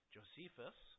Josephus